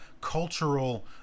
Cultural